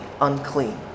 unclean